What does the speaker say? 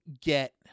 get